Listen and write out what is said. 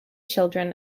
children